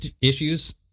issues